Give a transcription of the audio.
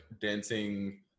dancing